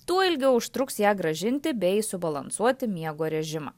tuo ilgiau užtruks ją grąžinti bei subalansuoti miego režimą